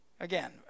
Again